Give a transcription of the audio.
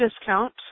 discount